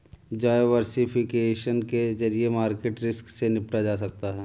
diversification के जरिए market risk से निपटा जा सकता है